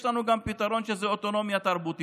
יש לנו גם פתרון, של אוטונומיה תרבותית.